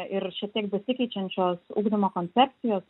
ir šiek tiek besikeičiančios ugdymo koncepcijos